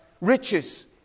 riches